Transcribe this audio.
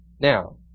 Now